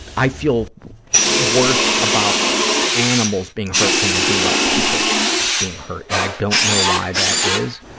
i feel worse about animals being hurt than i do about people being hurt, and i don't know why that is.